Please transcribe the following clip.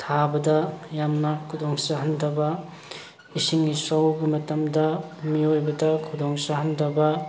ꯊꯥꯕꯗ ꯌꯥꯝꯅ ꯈꯨꯗꯣꯡꯆꯥꯍꯟꯗꯕ ꯏꯁꯤꯡ ꯏꯆꯥꯎꯒꯤ ꯃꯇꯝꯗ ꯃꯤꯑꯣꯏꯕꯗ ꯈꯨꯗꯣꯡꯆꯥꯍꯟꯗꯕ